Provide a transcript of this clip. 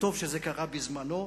וטוב שזה קרה בזמנו.